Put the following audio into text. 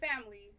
family